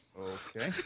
Okay